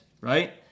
right